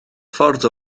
ffordd